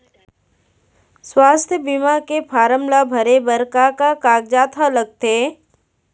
स्वास्थ्य बीमा के फॉर्म ल भरे बर का का कागजात ह लगथे?